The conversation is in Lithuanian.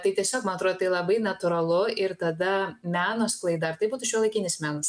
tai tiesiog man atrodo tai labai natūralu ir tada meno sklaida ar tai būtų šiuolaikinis menas